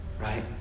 right